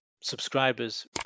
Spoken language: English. subscribers